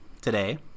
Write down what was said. Today